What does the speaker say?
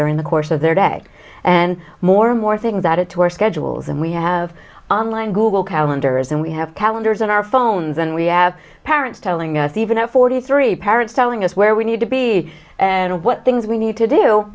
during the course of their day and more and more things that into our schedules and we have on line google calendar is and we have calendars on our phones and we as parents telling us even at forty three parents telling us where we need to be and what things we need to do